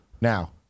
Now